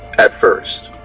at first.